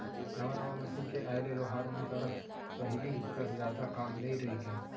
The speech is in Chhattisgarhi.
नवा नवा मसीन के आए ले लोहार मन करा पहिली कस जादा काम नइ रइगे